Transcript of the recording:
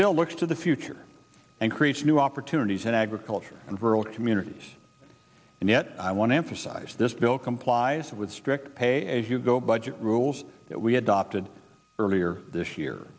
bill looks to the future and creates new opportunities in agriculture and rural communities and yet i want to emphasize this bill complies with strict pay as you go budget rules that we had opted for earlier this year